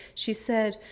she said,